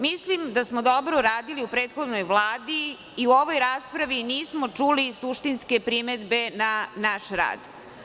Mislim da smo dobro radili u prethodnoj Vladi i u ovoj raspravi nismo čuli suštinske primedbe na naš rad.